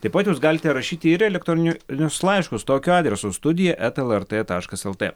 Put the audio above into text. taip pat jūs galite rašyti ir elektroniniu nius laiškus tokiu adresu studija eta lrt taškas lt